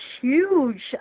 huge